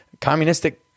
communistic